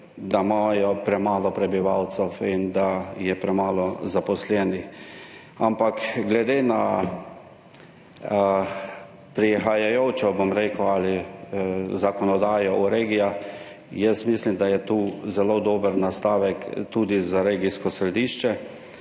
da imajo premalo prebivalcev in da je premalo zaposlenih. Ampak glede na prihajajočo zakonodajo o regijah, jaz mislim, da je tu zelo dober nastavek za regijsko središče